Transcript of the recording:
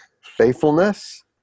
Faithfulness